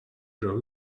grow